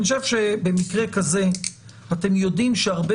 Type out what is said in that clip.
אני חושב שבמקרה כזה אתם יודעים שהרבה